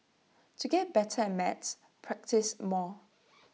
to get better at maths practise more